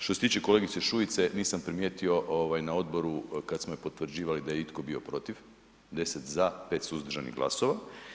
Što se tiče kolegice Šuice nisam primijetio ovaj na odboru kad smo je potvrđivali da je itko bio protiv, 10 za, 5 suzdržanih glasova.